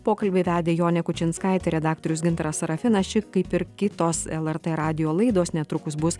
pokalbį vedė jonė kučinskaitė redaktorius gintaras sarafinas ši kaip ir kitos lrt radijo laidos netrukus bus